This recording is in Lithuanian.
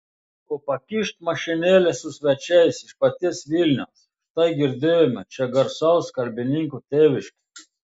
o pakyšt mašinėlė su svečiais iš paties vilniaus štai girdėjome čia garsaus kalbininko tėviškė